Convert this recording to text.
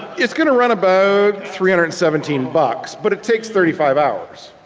it's going to run about three hundred and seventeen bucks. but it takes thirty five hours.